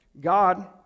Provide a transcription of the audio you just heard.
God